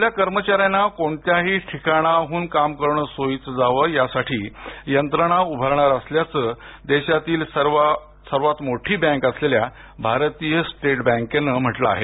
आपल्या कर्मचाऱ्यांना कोणत्याही ठिकाणाहून काम करणं सोयीचं जावं यासाठी यंत्रणा उभारणार असल्याचं देशातील सर्वांत मोठी बँक असलेल्या भारतीय स्टेट बँकेनं सांगितलं आहे